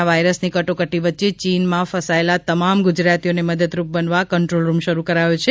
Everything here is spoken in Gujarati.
કોરોના વાઇરસ ની કટોકટી વચ્ચે ચીન માં ફસાયેલા તમામ ગુજરાતીઓને મદદરૂપ બનવા કંટ્રોલ રૂમ શરૂ કર્યો છે